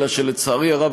אלא שלצערי הרב,